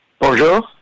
Bonjour